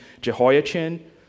Jehoiachin